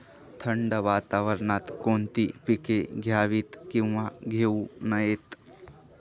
थंड वातावरणात कोणती पिके घ्यावीत? किंवा घेऊ नयेत?